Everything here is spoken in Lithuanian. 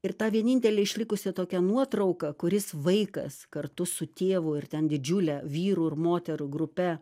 ir tą vienintelę išlikusią tokią nuotrauką kuris vaikas kartu su tėvu ir ten didžiule vyrų ir moterų grupe